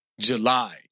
July